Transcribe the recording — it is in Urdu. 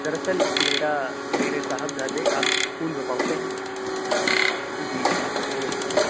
در اصل میرا میرے صاحب زادے آپ کے اسکول میں پڑھتے ہیں جی وہ